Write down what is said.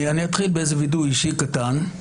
אני אתחיל בווידוי אישי קטן,